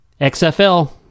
xfl